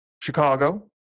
Chicago